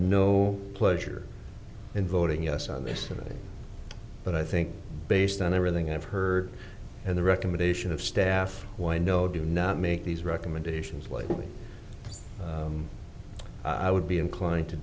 no pleasure in voting yes on this today but i think based on everything i've heard and the recommendation of staff why no do not make these recommendations what i would be inclined to